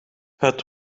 het